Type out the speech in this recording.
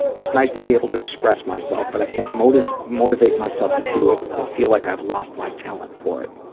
it's nice to be able to express myself but i can't motis motivate myself to do it and feel like i have lost my talent for it.